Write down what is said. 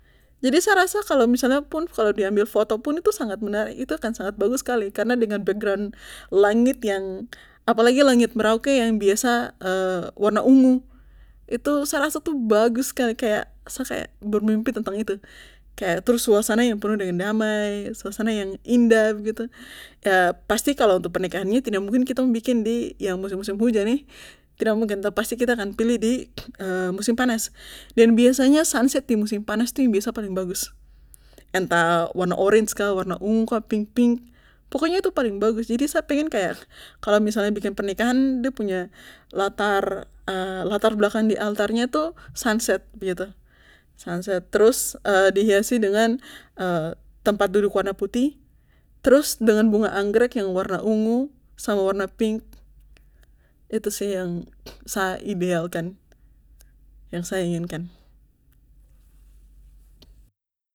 Jadi sa rasa kalo di ambil fotopun itu sangat bagus skali karna dengan background langit yang apalagi lagi merauke yang biasa warna ungu itu sa rasa bagus skali kaya sa kaya bermimpi tentang itu trus suasana yang penuh dengan damai suasana yang indah begitu yah pasti kalo untuk pernikahannya pasti tidak mungkin kita bikin di musim musim hujan toh pasti kita akan pilih di musim panas dan biasa sunset di musim panas tuh yang paling bagus entah warna orange kah ungu kah pink pink kah jadi sa pengen kaya kalo misalnya bikin pernikahan de punya latar latar belakang di altarnya itu sunset begitu sunset trus di hiasi dengan tempat duduk warna putih trus dengan bunga angrek yang warna ungu sama warna pink itu su yang sa idealkan yang sa inginkan